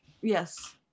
yes